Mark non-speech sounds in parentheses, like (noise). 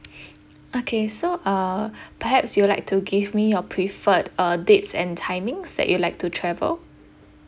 (breath) okay so uh perhaps you would like to give me your preferred uh dates and timings that you would like to travel